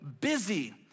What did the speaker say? busy